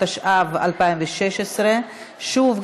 התשע"ו 2016. שוב,